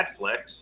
Netflix